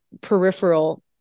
peripheral